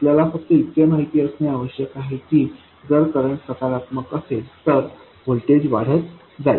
आपल्याला फक्त इतके माहिती असणे आवश्यक आहे की जर करंट सकारात्मक असेल तर व्होल्टेज वाढत जाईल